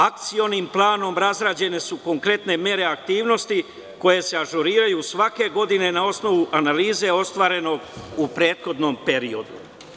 Akcionim planom razrađene su kompletne mere aktivnosti koje se ažuriraju svake godine na osnovu analize ostvarenog u prethodnom periodu.